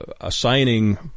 assigning